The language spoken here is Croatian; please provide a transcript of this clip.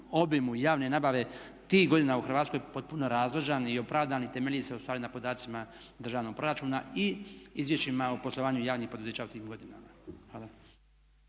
obimu javne nabave tih godina u Hrvatskoj potpuno razložan i opravdan i temelji se ustvari na podacima državnog proračuna i izvješćima o poslovanju javnih poduzeća u tim godinama. Hvala.